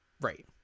Right